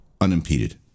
unimpeded